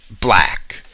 black